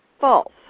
False